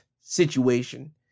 situation